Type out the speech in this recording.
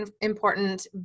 important